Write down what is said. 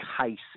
case